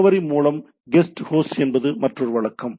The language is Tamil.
முகவரி மூலம் கெட்ஹோஸ்ட் என்பது மற்றொரு வழக்கம்